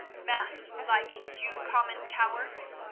masked like you common cowards?